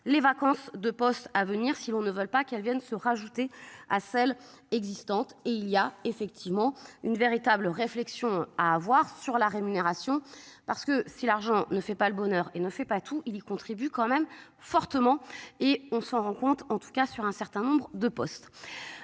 les vacances de postes à venir si l'on ne veulent pas qu'elles viennent se rajouter à celles existantes et il y a effectivement une véritable réflexion à avoir sur la rémunération parce que si l'argent ne fait pas le bonheur et ne fait pas tout, il y contribue quand même fortement et on s'en rend compte, en tout cas sur un certain nombre de postes.